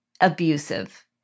abusive